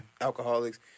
Alcoholics